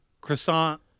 croissant –